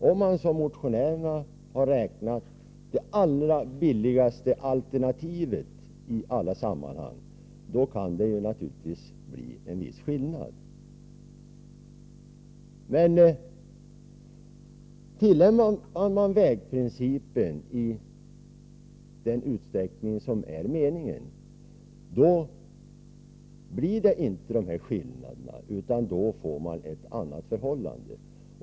Om man, som motionärerna har gjort, räknar med det i alla sammanhang allra billigaste alternativet, kan det naturligtvis bli en viss skillnad. Tillämpar man emellertid vägprincipen på det sätt som är - avsett uppkommer inte dessa skillnader. Då blir resultatet ett annat.